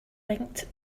winked